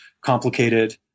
complicated